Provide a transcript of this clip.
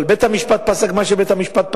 אבל בית-המשפט פסק מה שפסק,